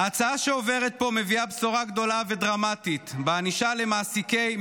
ההצעה שעוברת פה מביאה בשורה גדולה ודרמטית בענישה למעסיקי,